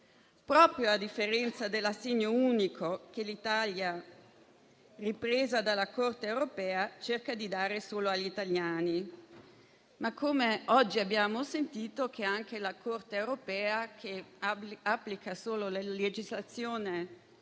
a differenza dell'assegno unico che l'Italia, ripresa dalla Corte europea, cerca di dare solo agli italiani, ma, come abbiamo sentito oggi, anche la Corte europea, che applica solo la legislazione